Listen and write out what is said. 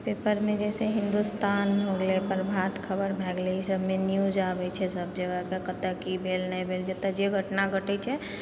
पेपरमे जैसे हिन्दुस्तान हो गेलै प्रभात खबर भए गेलै ई सबमे न्यूज आबै छै सब जगहके कतए की भेल नहि भेल जतए जे घटना घटै छै